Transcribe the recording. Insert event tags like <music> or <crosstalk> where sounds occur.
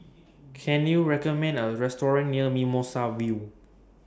<noise> Can YOU recommend Me A Restaurant near Mimosa View